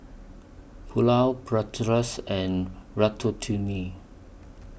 Pulao Bratwurst and Ratatouille